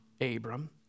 Abram